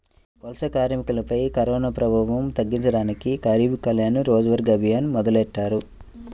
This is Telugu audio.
వలస కార్మికులపై కరోనాప్రభావాన్ని తగ్గించడానికి గరీబ్ కళ్యాణ్ రోజ్గర్ అభియాన్ మొదలెట్టారు